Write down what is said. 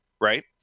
right